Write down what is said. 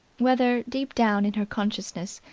whether, deep down in her consciousness,